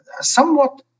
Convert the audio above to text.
Somewhat